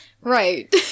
Right